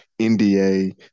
NDA